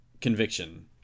conviction